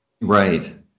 Right